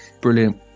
brilliant